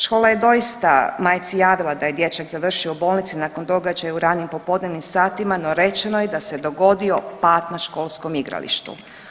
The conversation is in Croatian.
Škola je doista majci javila da je dječak završio u bolnici nakon događaja u ranim popodnevnim satima, no rečeno je da se dogodio pad na školskom igralištu.